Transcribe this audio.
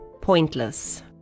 pointless